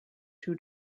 two